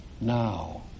now